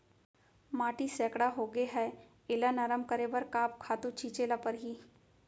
माटी सैकड़ा होगे है एला नरम करे बर का खातू छिंचे ल परहि?